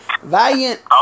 Valiant